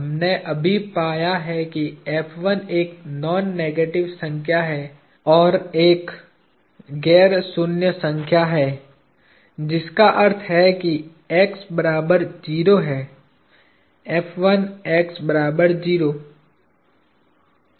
हमने अभी पाया है कि एक नॉन नेगेटिव संख्या या एक गैर शून्य संख्या है जिसका अर्थ है कि x बराबर 0 है